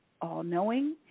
all-knowing